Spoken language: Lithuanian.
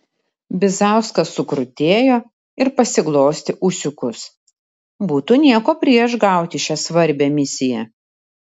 bizauskas sukrutėjo ir pasiglostė ūsiukus būtų nieko prieš gauti šią svarbią misiją